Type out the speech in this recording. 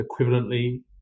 equivalently